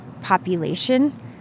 population